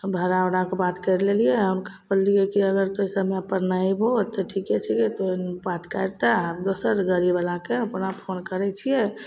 हम भाड़ाउड़ाके बात करि लेलिए हम बोललिए कि अगर तोँ समयपर नहि अएबहो तऽ ठीके छिए तोँ एहिमे बात करिके आब दोसर गड़ीवलाके ओकरा फोन करै छिए